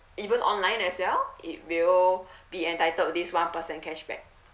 even online as well it will be entitled this one percent cashback